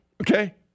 okay